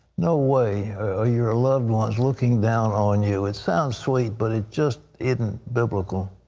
no way are your loved ones looking down on you. it sounds sweet but it just isn't biblical.